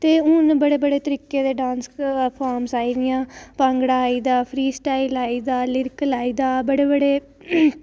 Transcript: ते हून में बड़े बड़े तरीके दे डांस फार्म आई दियां भांगड़ा आई दा फ्री स्टाईल आई दा लिरीकल आई दा बड़े बड़े